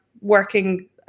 working